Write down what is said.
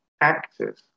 actors